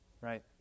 Right